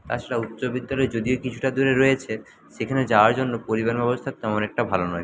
তাছাড়া উচ্চ বিদ্যালয় যদিও কিছুটা দূরে রয়েছে সেখানে যাওয়ার জন্য পরিবহন ব্যবস্থা তেমন একটা ভালো নয়